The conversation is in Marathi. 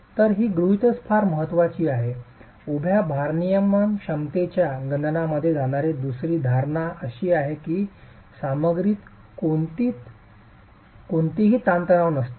तर ही गृहितक फार महत्वाची आहे उभ्या भारनियमन क्षमतेच्या गणनामध्ये जाणारी दुसरी धारणा अशी आहे की सामग्रीत कोणतीही ताणतणाव नसते